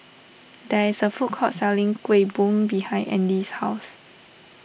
there is a food court selling Kuih Bom behind andy's house